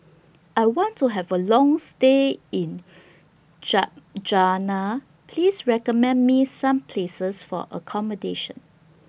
I want to Have A Long stay in Ljubljana Please recommend Me Some Places For accommodation